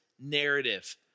narrative